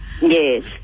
Yes